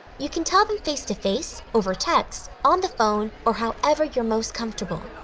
you can tell them face to face, over text, on the phone or however you're most comfortable.